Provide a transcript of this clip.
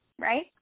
right